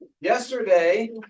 yesterday